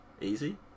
Easy